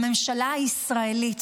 הממשלה הישראלית,